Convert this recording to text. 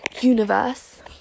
universe